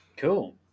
Cool